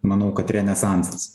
manau kad renesansas